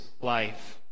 life